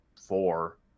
four